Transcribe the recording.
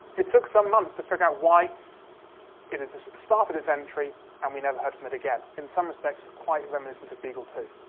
it took some months to figure out why it had started its entry and we never heard from it again. in some respects, quite reminiscent of beagle two,